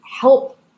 help